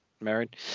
Married